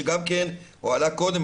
שגם הועלה קודם,